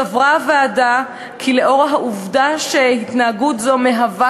סברה הוועדה כי לאור העובדה שהתנהגות זו מהווה